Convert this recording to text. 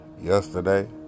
yesterday